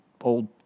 old